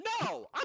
No